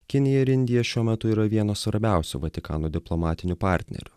kinija ir indija šiuo metu yra vienos svarbiausių vatikano diplomatinių partnerių